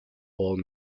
old